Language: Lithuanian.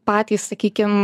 patys sakykim